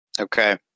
Okay